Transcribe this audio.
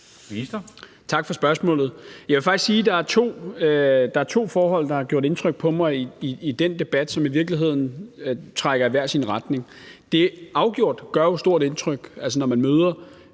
Tak for spørgsmålet. Jeg vil faktisk sige, at der er to forhold, der har gjort indtryk på mig i den debat, og de trækker i virkeligheden i hver sin retning. Afgjort gør det et stort indtryk, når man møder